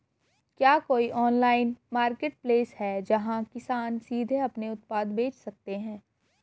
क्या कोई online marketplace है जहां किसान सीधे अपने उत्पाद बेच सकते हैं?